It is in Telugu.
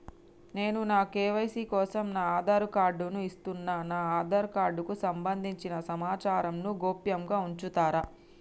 నేను నా కే.వై.సీ కోసం నా ఆధార్ కార్డు ను ఇస్తున్నా నా ఆధార్ కార్డుకు సంబంధించిన సమాచారంను గోప్యంగా ఉంచుతరా?